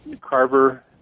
Carver